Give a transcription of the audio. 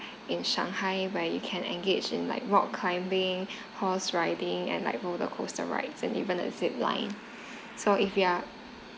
in shanghai where you can engage in like rock climbing horse riding and like roller coaster rides and even a zip line so if you are